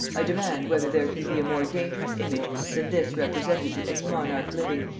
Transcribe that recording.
i demand whether there can be a more dangerous image than this represented to any monarch living,